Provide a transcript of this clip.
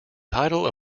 title